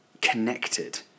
connected